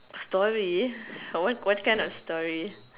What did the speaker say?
story what what kind of story